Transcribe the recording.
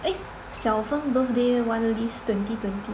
eh Xiao Feng birthday one list twenty twenty